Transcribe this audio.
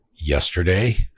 yesterday